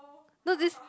no this